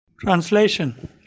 Translation